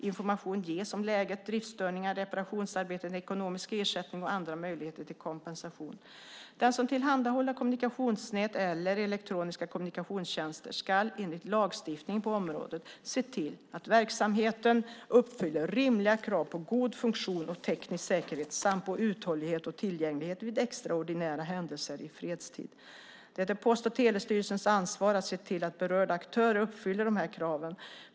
Information ges om läget, driftstörningar, reparationsarbetet, ekonomisk ersättning och andra möjligheter till kompensation. Den som tillhandahåller kommunikationsnät eller elektroniska kommunikationstjänster ska enligt lagstiftningen på området se till att verksamheten uppfyller rimliga krav på god funktion och teknisk säkerhet samt på uthållighet och tillgänglighet vid extraordinära händelser i fredstid. Det är Post och telestyrelsens ansvar att se till att berörda aktörer uppfyller de här kraven.